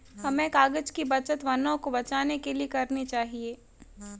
हमें कागज़ की बचत वनों को बचाने के लिए करनी चाहिए